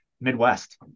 midwest